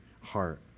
heart